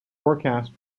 forecasts